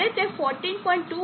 2 વોલ્ટની નજીક છે